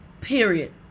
Period